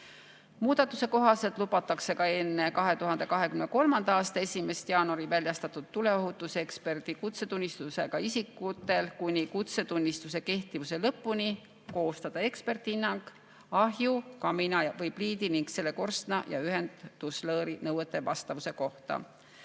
Muudatuse kohaselt lubatakse ka enne 2023. aasta 1. jaanuari väljastatud tuleohutuseksperdi kutsetunnistusega isikutel kuni kutsetunnistuse kehtivuse lõpuni koostada eksperthinnangut ahju, kamina või pliidi ning selle korstna ja ühenduslõõri nõuetele vastavuse kohta.